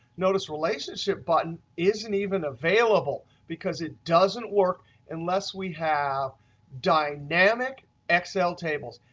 notice relationship button isn't even available because it doesn't work unless we have dynamic excel tables.